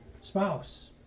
spouse